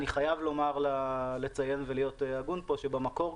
אני חייב להיות הגון פה - במקור,